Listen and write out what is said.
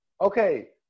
Okay